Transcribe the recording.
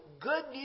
Good